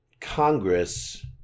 Congress